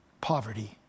poverty